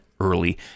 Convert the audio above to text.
early